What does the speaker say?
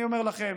אני אומר לכם: